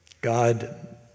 God